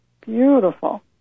Beautiful